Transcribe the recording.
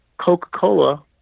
Coca-Cola